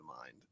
mind